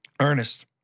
Ernest